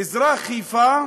אזרח חיפה,